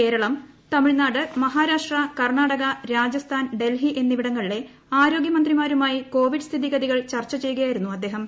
കേരളം തമിഴ്നാട് മഹാരാഷ്ട്ര കർണാടക രാജസ്ഥാൻ ഡൽഹി എന്നിവിടങ്ങളിലെ ആരോഗൃമന്ത്രിമാരുമായി കോവിഡ് സ്ഥിതിഗതികൾ ചർച്ച ചെയ്യുകയായിരുന്നു അദ്ദേഹം